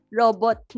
robot